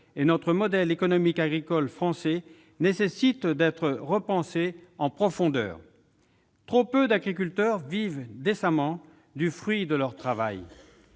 et notre modèle économique agricole français nécessite d'être repensé en profondeur. Trop peu d'agriculteurs vivent décemment du fruit de leur travail.